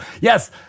Yes